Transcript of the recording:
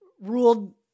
ruled